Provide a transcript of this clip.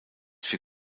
für